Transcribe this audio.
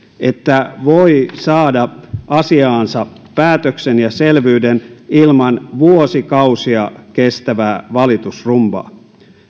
että voi saada asiaansa päätöksen ja selvyyden ilman vuosikausia kestävää valitusrumbaa